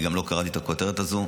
אני גם לא קראתי את הכותרת הזו.